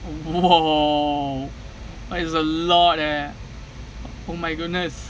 !woo! that is a lot leh oh my goodness